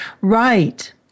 Right